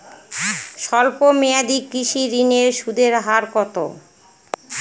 স্বল্প মেয়াদী কৃষি ঋণের সুদের হার কত?